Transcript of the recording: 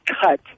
cut